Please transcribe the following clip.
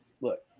look